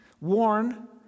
Warn